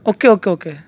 okay okay okay